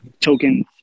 tokens